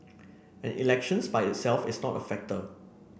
and elections by itself is not a factor